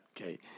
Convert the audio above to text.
Okay